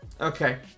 Okay